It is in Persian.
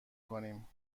کنیم